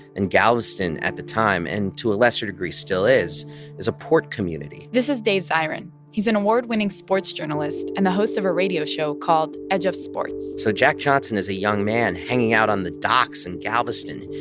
and galveston, at the time and to a lesser degree still is is a port community this is dave zirin. he's an award-winning sports journalist and the host of a radio show called edge of sports. so jack johnson, as a young man hanging out on the docks in and galveston,